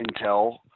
Intel